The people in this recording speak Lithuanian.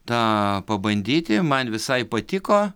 tąą pabandyti man visai patiko